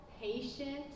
patient